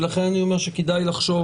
ולכן אני אומר שכדאי לחשוב